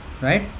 right